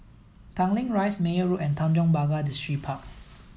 Tanglin Rise Meyer Road and Tanjong Pagar Distripark